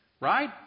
Right